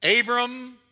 Abram